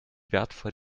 wertvoll